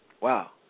Wow